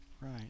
Right